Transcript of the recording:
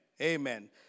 Amen